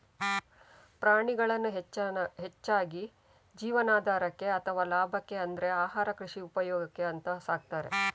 ಪ್ರಾಣಿಗಳನ್ನ ಹೆಚ್ಚಾಗಿ ಜೀವನಾಧಾರಕ್ಕೆ ಅಥವಾ ಲಾಭಕ್ಕೆ ಅಂದ್ರೆ ಆಹಾರ, ಕೃಷಿ ಉಪಯೋಗಕ್ಕೆ ಅಂತ ಸಾಕ್ತಾರೆ